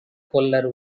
கொல்ல